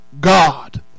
God